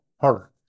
harder